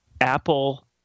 Apple